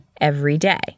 EVERYDAY